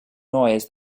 noise